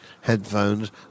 headphones